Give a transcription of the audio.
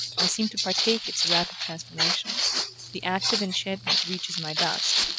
i seem to partake its rapid transformations the active enchantment reaches my dust,